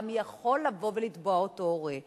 יכול לבוא ולתבוע אותו גם הורה,